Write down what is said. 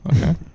okay